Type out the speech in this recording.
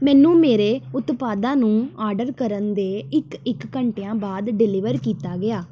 ਮੈਨੂੰ ਮੇਰੇ ਉਤਪਾਦਾਂ ਨੂੰ ਆਰਡਰ ਕਰਨ ਦੇ ਇੱਕ ਇੱਕ ਘੰਟਿਆਂ ਬਾਅਦ ਡਿਲੀਵਰ ਕੀਤਾ ਗਿਆ